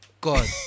god